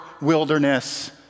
wilderness